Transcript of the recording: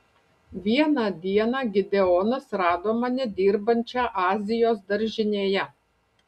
vieną dieną gideonas rado mane dirbančią azijos daržinėje